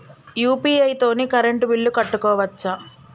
UPI తోని current bill కట్టుకోవచ్ఛా?